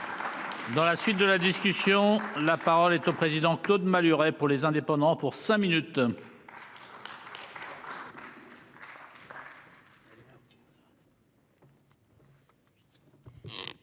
Dans la suite de la discussion, la parole est au président Claude Malhuret, pour les indépendants pour cinq minutes.